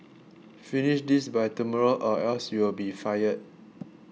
finish this by tomorrow or else you'll be fired